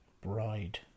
bride